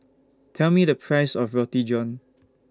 Tell Me The Price of Roti John